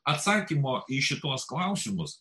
atsakymo į šituos klausimus